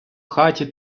хаті